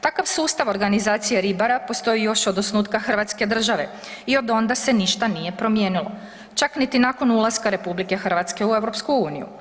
Takav sustav organizacije ribara postoji još od osnutka Hrvatske države i od onda se ništa nije promijenilo, čak niti ulaska RH u EU.